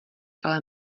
ale